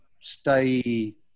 stay